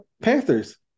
Panthers